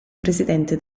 presidente